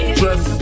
dress